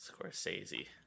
Scorsese